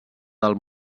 del